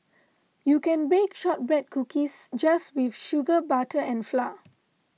you can bake Shortbread Cookies just with sugar butter and flour